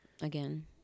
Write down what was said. Again